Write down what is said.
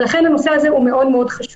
לכן זה נושא מאוד חשוב.